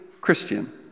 Christian